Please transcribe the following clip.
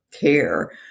Care